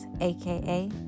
aka